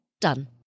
Done